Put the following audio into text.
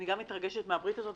אני גם מתרגשת מהברית הזאת,